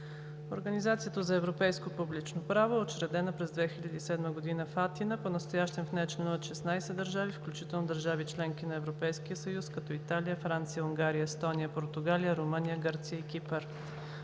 Организацията за европейско публично право (ОЕПП) е учредена през 2007 г. в Атина. Понастоящем в нея членуват 16 държави, включително държави – членки на Европейския съюз, като Италия, Франция, Унгария, Естония, Португалия, Румъния, Гърция и Кипър.